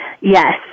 Yes